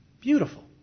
beautiful